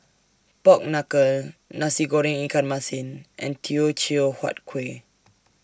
Pork Knuckle Nasi Goreng Ikan Masin and Teochew Huat Kueh